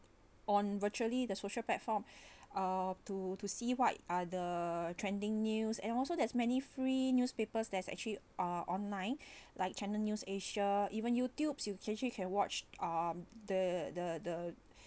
on virtually the social platform uh to to see what are the trending news and also there's many free newspapers there's actually uh online like channel news asia even youtube you can watch um the the the